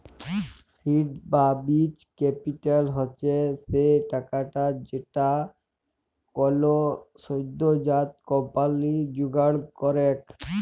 seed বা বীজ capital হচ্ছ সে টাকাটা যেইটা কোলো সদ্যজাত কম্পানি জোগাড় করেক